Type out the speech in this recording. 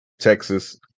Texas